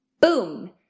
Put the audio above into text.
boom